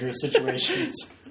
situations